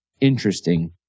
interesting